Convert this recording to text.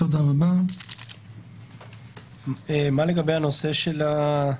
מה לגבי השינוי?